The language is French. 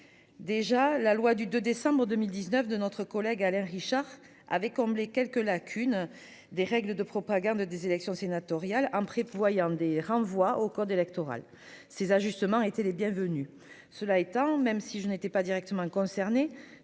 Déjà la loi du 2 décembre 2019 de notre collègue Alain Richard avait comblé quelques lacunes des règles de propagande des élections sénatoriales en prévoyant des renvois au code électoral. Ces ajustements étaient les bienvenus. Cela étant, même si je n'étais pas directement concernés.